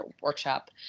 workshop